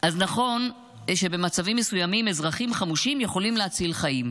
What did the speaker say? אז נכון שבמצבים מסוימים אזרחים חמושים יכולים להציל חיים,